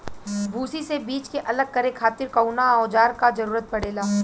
भूसी से बीज के अलग करे खातिर कउना औजार क जरूरत पड़ेला?